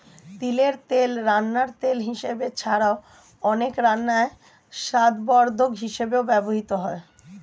তিলের তেল রান্নার তেল হিসাবে ছাড়াও, অনেক রান্নায় স্বাদবর্ধক হিসাবেও ব্যবহৃত হয়